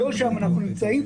לא שם אנחנו נמצאים.